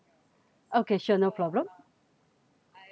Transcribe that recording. okay sure no problem